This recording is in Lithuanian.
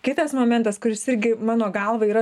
kitas momentas kuris irgi mano galva yra